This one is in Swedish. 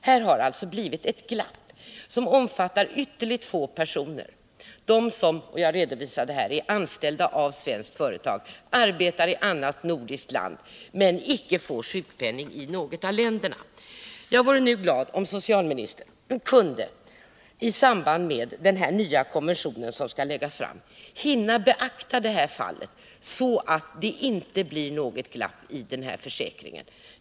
Här har det alltså blivit ett glapp som drabbar ytterligt få personer, nämligen — som jag redovisade här — dem som är anställda av svenskt företag och arbetar i annat nordiskt land och därvid icke får sjukpenning i något av länderna. Jag vore nu glad, om socialministern i samband med det nya konventionsförslag som skall läggas fram kunde hinna beakta de här fallen, så att det inte blir något glapp i försäkringen.